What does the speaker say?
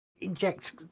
inject